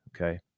Okay